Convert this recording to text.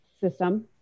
system